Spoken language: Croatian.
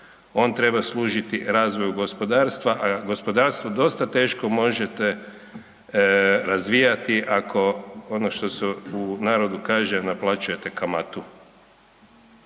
On treba služiti razvoju gospodarstva, a gospodarstvo dosta teško možete razvijati ako, ono što se u narodu kaže naplaćujete kamatu.